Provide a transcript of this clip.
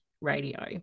radio